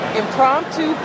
impromptu